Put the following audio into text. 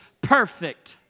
perfect